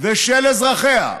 ושל אזרחיה,